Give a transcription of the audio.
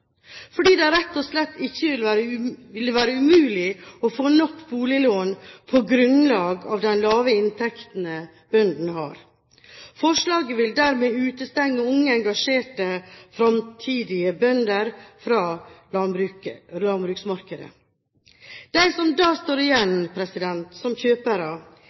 fordi det rett og slett vil være umulig å få nok boliglån på grunnlag av de lave inntektene bøndene har. Forslaget vil dermed utestenge unge, engasjerte fremtidige bønder fra landbruksmarkedet. De som da står igjen som kjøpere,